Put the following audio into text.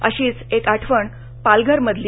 अशीच एक आठवण पालघर मधली